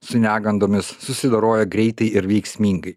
su negandomis susidoroja greitai ir veiksmingai